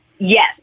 Yes